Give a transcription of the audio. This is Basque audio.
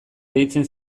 deitzen